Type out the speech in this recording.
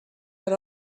had